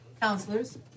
Counselors